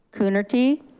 coonerty?